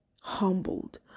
humbled